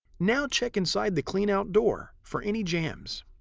now check inside the cleanout door for any jams.